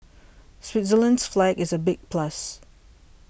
Switzerland's flag is a big plus